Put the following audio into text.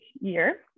year